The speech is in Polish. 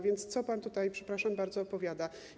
Więc co pan tutaj, przepraszam bardzo, opowiada?